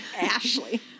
Ashley